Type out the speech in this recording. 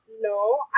no